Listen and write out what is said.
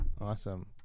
Awesome